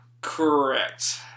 Correct